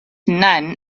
none